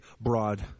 broad